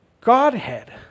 Godhead